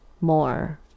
more